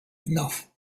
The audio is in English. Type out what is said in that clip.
enough